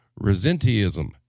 Resenteeism